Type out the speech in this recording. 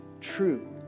true